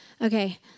Okay